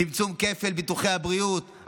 צמצום כפל ביטוחי הבריאות,